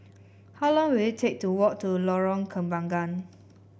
how long will it take to walk to Lorong Kembangan